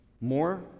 more